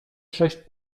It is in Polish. sześć